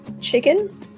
chicken